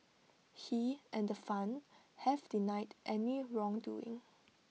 he and the fund have denied any wrongdoing